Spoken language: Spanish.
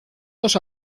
dos